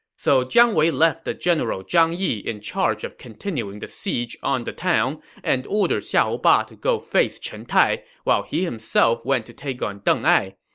so jiang wei left the general zhang yi in charge of continuing the siege on the town and ordered xiahou ba to go face chen tai, while he himself went to take on deng ai.